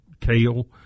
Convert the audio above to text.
kale